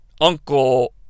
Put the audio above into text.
Uncle